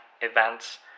events